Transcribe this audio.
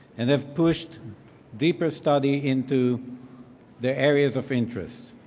and have pushed deeper study into their areas of interest.